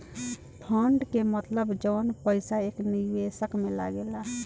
fund के मतलब जवन पईसा एक निवेशक में लागेला